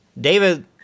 David